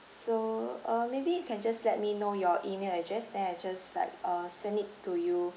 so uh maybe you can just let me know your email address then I just like uh send it to you